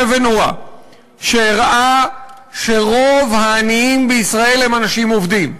ונורא שהראה שרוב העניים בישראל הם אנשים עובדים,